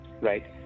right